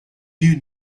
you